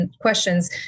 questions